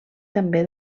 també